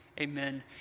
Amen